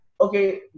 okay